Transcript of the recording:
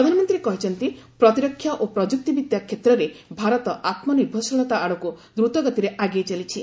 ପ୍ରଧାନମନ୍ତ୍ରୀ କହିଛନ୍ତି ପ୍ରତିରକ୍ଷା ଓ ପ୍ରଯୁକ୍ତିବିଦ୍ୟା କ୍ଷେତ୍ରରେ ଭାରତ ଆତ୍ମନିର୍ଭରଶୀଳତା ଆଡ଼କୁ ଦ୍ରୁତଗତିରେ ଆଗେଇ ଚାଲିଛି